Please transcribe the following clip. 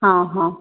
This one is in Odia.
ହଁ ହଁ